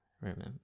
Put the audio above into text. remember